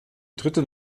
dritte